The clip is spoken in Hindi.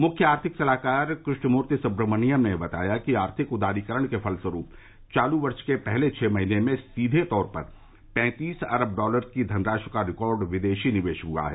मुख्य आर्थिक सलाहकार कृ ष्णमूर्ति सुब्रह्मण्यन ने बताया कि आर्थिक उदारीकरण के फलस्वरूप चालू वर्ष के पहले छह महीने में सीधे तौर पर पैंतीस अरब डॉलर की धनराशि का रिकॉर्ड विदेशी निवेश हुआ है